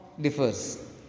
differs